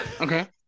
Okay